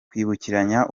kwibukiranya